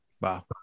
Wow